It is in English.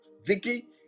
Vicky